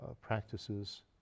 practices